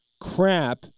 crap